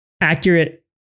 accurate